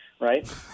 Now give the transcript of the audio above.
right